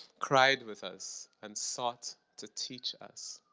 cried with us and sought to teach us.